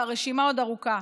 והרשימה עוד ארוכה.